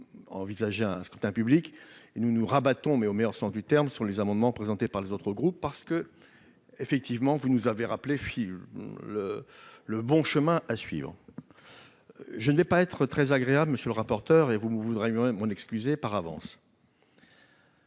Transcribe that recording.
à envisager un scrutin public et nous nous rabattent on mais au meilleur sens du terme sur les amendements présentés par les autres groupes parce que, effectivement, vous nous avez rappelé le le bon chemin à suivre, je ne vais pas être très agréable, monsieur le rapporteur et vous voudrez même en excuser par avance.